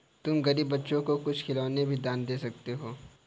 तुम गरीब बच्चों को कुछ खिलौने भी दान में दे सकती हो